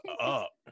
up